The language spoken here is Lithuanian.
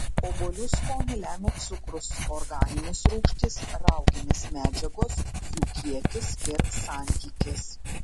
obuolių skonį lemia cukrus organinės rūgštys rauginės medžiagos jų kiekis ir santykis